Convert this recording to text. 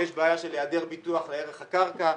יש בעיה של היעדר ביטוח לערך הקרקע.